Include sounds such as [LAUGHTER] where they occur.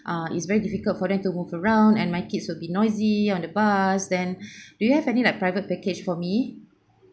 ah it's very difficult for them to move around and my kids will be noisy on the bus then [BREATH] do you have any like private package for me